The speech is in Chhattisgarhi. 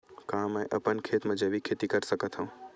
का मैं अपन खेत म जैविक खेती कर सकत हंव?